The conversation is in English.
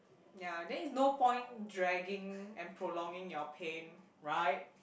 ya then is no point dragging and prolonging your pain right